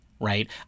Right